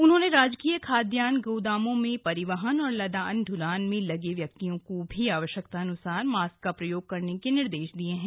उन्होंने राजकीय खाद्यान्न गोदामों में परिवहन और लदान ढ्लान में लगे व्यक्तियों को भी आवश्यकतान्सार मास्क का प्रयोग करने के निर्देश दिये हैं